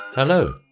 Hello